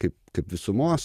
kaip kaip visumos